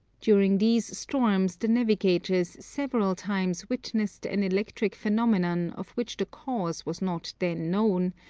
during these storms the navigators several times witnessed an electric phenomenon of which the cause was not then known,